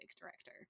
director